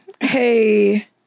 Hey